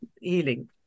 healing